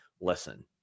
listen